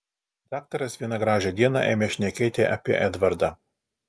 daktaras vieną gražią dieną ėmė šnekėti apie edvardą